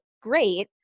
great